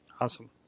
Awesome